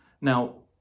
Now